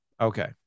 Okay